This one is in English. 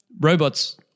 robots